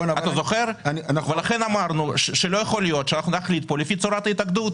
לכן אמרנו שלא יכול להיות שאנחנו נחליט כאן לפי צורת ההתאגדות